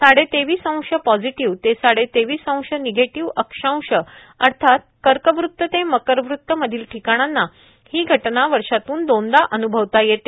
साडेतेवीस अंश पाझेटिव्ह ते साडेतेवीस अंश नेगेटीव्ह अक्षांश अर्थात कर्कवृत्त ते मकरवृत्त मधील ठिकाणांना ही घटना वर्षातून दोनदा अनुभवता येते